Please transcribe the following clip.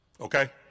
okay